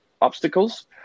obstacles